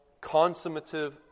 consummative